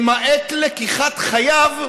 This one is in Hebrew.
למעט לקיחת חייו,